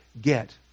get